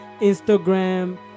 Instagram